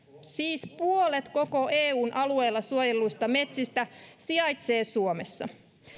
siis puolet koko eun alueella suojelluista metsistä sijaitsee suomessa